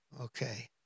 Okay